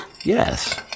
Yes